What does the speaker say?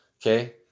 okay